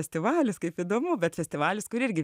festivalis kaip įdomu bet festivalis kur irgi